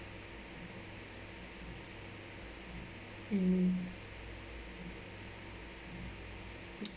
mm